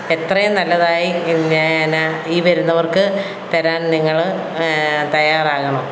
എത്രയും നല്ലതായി പിന്നേ എന്നാ ഈ വരുന്നവർക്ക് തരാൻ നിങ്ങൾ തയ്യാറാകണം